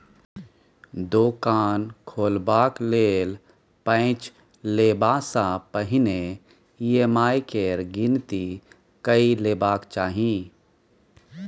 दोकान खोलबाक लेल पैंच लेबासँ पहिने ई.एम.आई केर गिनती कए लेबाक चाही